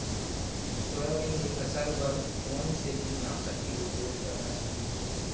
Soybean के फसल बर कोन से कीटनाशक के उपयोग करना चाहि?